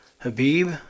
Habib